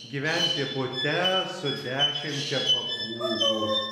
gyventi bute su dešimčia papūgų